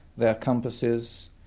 their compasses,